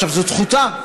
זאת זכותה.